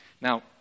Now